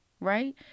right